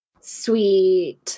Sweet